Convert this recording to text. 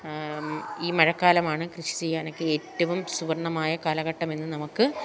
ഈ മഴക്കാലമാണ് കൃഷി ചെയ്യാനൊക്കെ ഏറ്റവും സുവർണ്ണമായ കാലഘട്ടമെന്ന് നമുക്ക്